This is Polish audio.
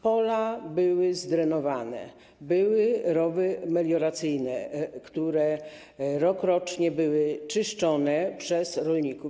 Pola były zdrenowane, były rowy melioracyjne, które rokrocznie były czyszczone przez rolników.